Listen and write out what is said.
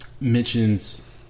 mentions